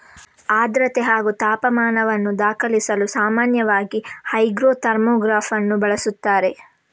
ಆರ್ದ್ರತೆ ಹಾಗೂ ತಾಪಮಾನವನ್ನು ದಾಖಲಿಸಲು ಸಾಮಾನ್ಯವಾಗಿ ಹೈಗ್ರೋ ಥರ್ಮೋಗ್ರಾಫನ್ನು ಬಳಸುತ್ತಾರೆ